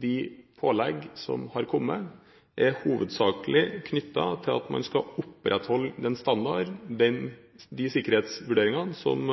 De pålegg som har kommet, er hovedsakelig knyttet til at man skal opprettholde den standarden og de sikkerhetsvurderingene som